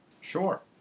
Sure